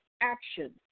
action